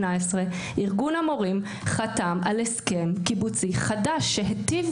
ארגון המורים חתם על הסכם קיבוצי חדש שהיטיב